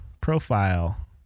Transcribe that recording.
profile